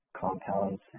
compounds